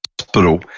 hospital